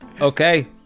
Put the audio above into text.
Okay